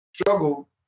struggle